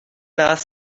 ask